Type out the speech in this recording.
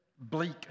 bleak